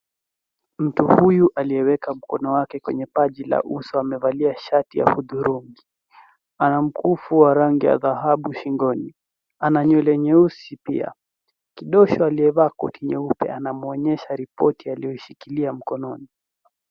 Mtu huyu aliyeweka mkono wake kwenye paji la uso, amevalia shati ya hudhurungi. Ana mkufu wa rangi ya dhahabu shingoni. Ana nywele nyeusi, pia. Kidosho aliyevaa koti nyeupe anamwonyesha ripoti aliyoishikilia mkononi.